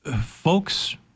folks